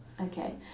Okay